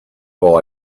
all